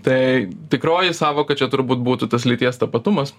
tai tikroji sąvoka čia turbūt būtų tas lyties tapatumas